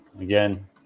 again